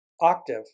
Octave